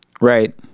Right